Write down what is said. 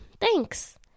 Thanks